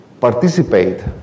participate